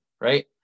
right